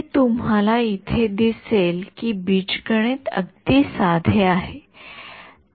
हे तुम्हाला इथे दिसेल की बीजगणित अगदी साधे आहे